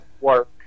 work